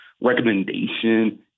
Recommendation